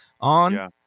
on